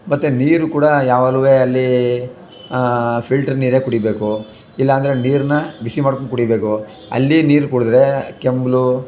ಮತ್ತೆ ನೀರು ಕೂಡ ಯಾವಾಗ್ಲೂ ಅಲ್ಲಿ ಫಿಲ್ಟ್ರ್ ನೀರೇ ಕುಡಿಬೇಕು ಇಲ್ಲ ಅಂದರೆ ನೀರನ್ನ ಬಿಸಿ ಮಾಡಿಕೊಂಡು ಕುಡಿಬೇಕು ಅಲ್ಲಿ ನೀರು ಕುಡಿದ್ರೆ ಕೆಮ್ಲು